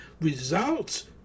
results